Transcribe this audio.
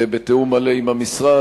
ובתיאום מלא עם המשרד.